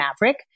Maverick